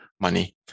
money